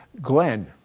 Glenn